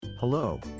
Hello